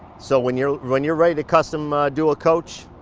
so when you're when you're ready to custom do a coach,